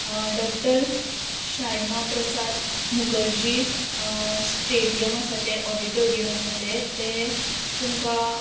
doctor Shyama Prasad Mukherjee stadium आसा तें auditorium आसा तें ते तुमकां